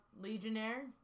Legionnaire